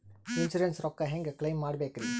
Insurance ರೊಕ್ಕ ಹೆಂಗ claim ಮಾಡ್ಬೇಕ್ರಿ?